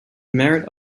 merit